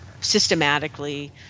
systematically